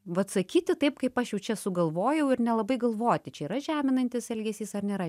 vat sakyti taip kaip aš jau čia sugalvojau ir nelabai galvoti čia yra žeminantis elgesys ar nėra